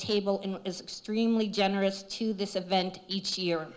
and is extremely generous to this event each year